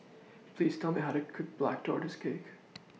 Please Tell Me How to Cook Black Tortoise Cake